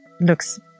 looks